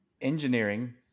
engineering